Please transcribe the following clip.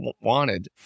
wanted